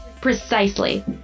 Precisely